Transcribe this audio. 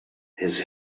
his